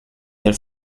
del